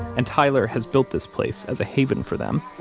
and tyler has built this place as a haven for them,